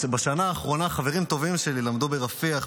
בשנה האחרונה חברים טובים שלי למדו ברפיח,